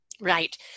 Right